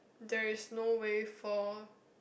there is no way for